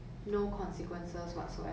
ya what would you do